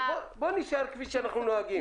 בואו נישאר כפי שאנחנו נוהגים.